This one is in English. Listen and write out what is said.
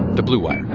the blue wire.